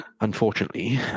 unfortunately